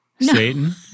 Satan